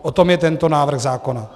O tom je tento návrh zákona.